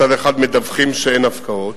מצד אחד מדווחים שאין הפקעות,